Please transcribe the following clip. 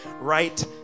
right